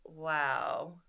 Wow